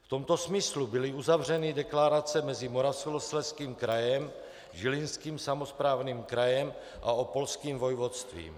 V tomto smyslu byly uzavřeny deklarace mezi Moravskoslezským krajem, Žilinským samosprávným krajem a Opolským vojvodstvím.